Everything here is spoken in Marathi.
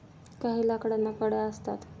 काही लाकडांना कड्या असतात